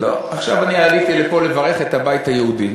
לא, עכשיו אני עליתי לפה כדי לברך את הבית היהודי.